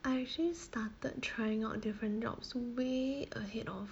I actually started trying out different jobs way ahead of